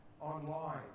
Online